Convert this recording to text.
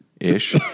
ish